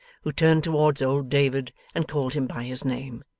who turned towards old david, and called him by his name.